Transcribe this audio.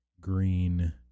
Green